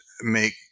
make